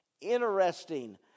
Interesting